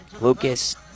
Lucas